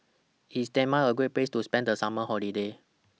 IS Denmark A Great Place to spend The Summer Holiday